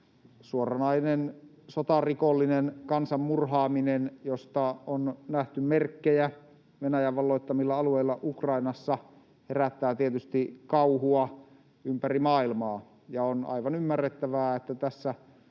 suoranainen sotarikollinen kansan murhaaminen, josta on nähty merkkejä Venäjän valloittamilla alueilla Ukrainassa, herättää tietysti kauhua ympäri maailmaa, ja on aivan ymmärrettävää, että tässä